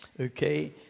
Okay